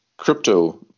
crypto